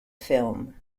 film